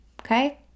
okay